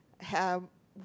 have